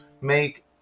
make